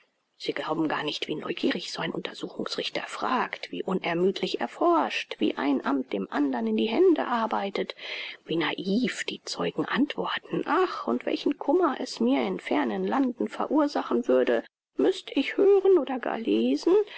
sie glauben gar nicht wie neugierig so ein untersuchungsrichter fragt wie unermüdlich er forscht wie ein amt dem andern in die hände arbeitet wie naiv die zeugen antworten ach und welchen kummer es mir in fernen landen verursachen würde müßt ich hören oder gar lesen